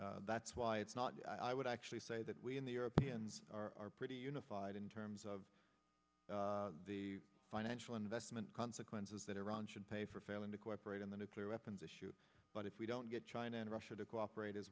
and that's why it's not i would actually say that we in the europeans are pretty unified in terms of the financial investment consequences that iran should pay for failing to cooperate on the nuclear weapons issue but if we don't get china and russia to cooperate as